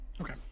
Okay